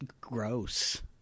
gross